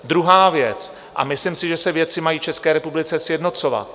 Druhá věc, myslím si, že se věci mají v České republice sjednocovat.